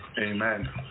Amen